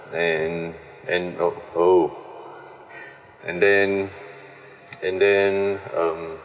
and and oh and then and then um